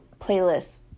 playlists